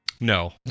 No